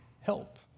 help